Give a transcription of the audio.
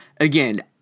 again